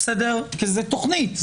כי זאת תוכנית,